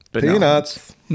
peanuts